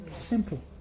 Simple